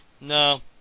No